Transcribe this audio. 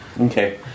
Okay